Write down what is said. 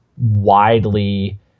widely